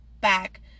back